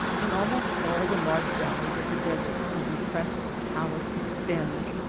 in almost all the large valleys of the desert the depressed talus extends,